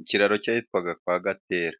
Ikiraro cy'ahitwaga kwa gatera,